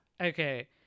Okay